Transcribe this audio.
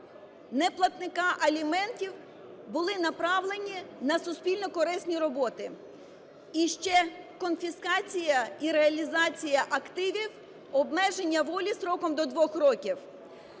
неплатника аліментів були направлені на суспільно корисні роботи. І ще конфіскація і реалізація активів, обмеження волі строком до 2 років.